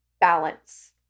balance